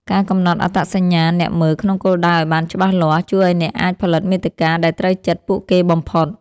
ការកំណត់អត្តសញ្ញាណអ្នកមើលគោលដៅឱ្យបានច្បាស់លាស់ ជួយឱ្យអ្នកអាចផលិតមាតិកាដែលត្រូវចិត្តពួកគេបំផុត។